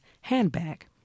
handbag